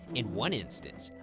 in one instance,